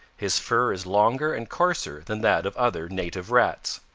his fur is longer and coarser than that of other native rats.